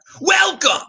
Welcome